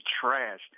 trash